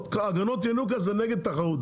הגנות ינוקא זה נגד תחרות,